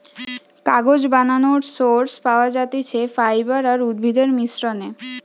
কাগজ বানানোর সোর্স পাওয়া যাতিছে ফাইবার আর উদ্ভিদের মিশ্রনে